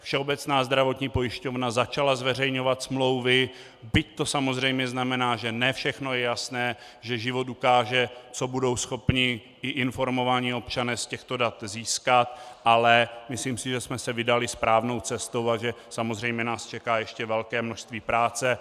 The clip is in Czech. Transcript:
Všeobecná zdravotní pojišťovna začala zveřejňovat smlouvy, byť to samozřejmě znamená, že ne všechno je jasné, že život ukáže, co budou schopni i informovaní občané z těchto dat získat, ale myslím si, že jsme se vydali správnou cestou a že samozřejmě nás čeká ještě velké množství práce.